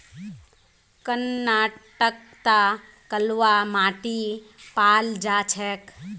कर्नाटकत कलवा माटी पाल जा छेक